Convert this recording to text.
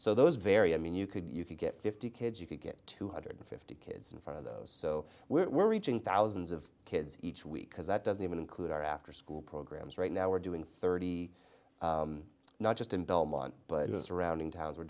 so those very i mean you could you could get fifty kids you could get two hundred and fifty kids in front of them so we're reaching thousands of kids each week because that doesn't even include our afterschool programs right now we're doing thirty not just in belmont but surrounding towns were